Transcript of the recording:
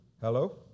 Hello